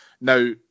Now